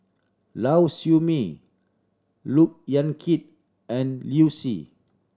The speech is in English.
Lau Siew Mei Look Yan Kit and Liu Si